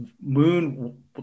Moon